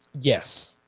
Yes